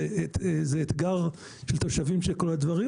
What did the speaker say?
זה אתגר של תושבים של כל הדברים,